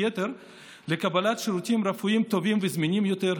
יתר לקבלת שירותים רפואיים טובים וזמינים יותר,